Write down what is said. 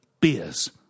beers